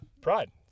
pride